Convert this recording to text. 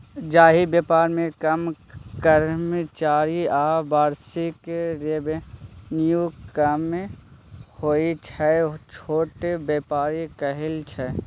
जाहि बेपार मे कम कर्मचारी आ बार्षिक रेवेन्यू कम होइ छै छोट बेपार कहय छै